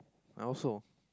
I also